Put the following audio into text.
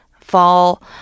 fall